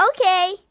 Okay